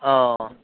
अ